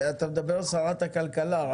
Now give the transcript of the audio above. אתה מדבר על שרת הכלכלה?